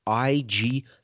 ig